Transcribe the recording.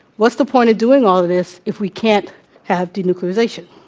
what's the point of doing all of this if we can't have denuclearization?